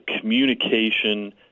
communication